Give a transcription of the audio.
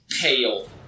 pale